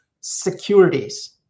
securities